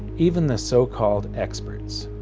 even the so-called experts.